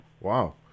wow